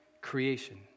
Creation